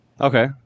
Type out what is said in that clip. Okay